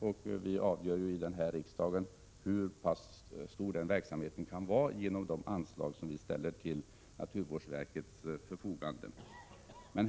Riksdagen avgör ju hur stor den verksamheten skall vara genom det anslag som riksdagen ställer till naturvårdsverkets förfogande.